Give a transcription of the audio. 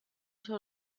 schon